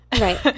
Right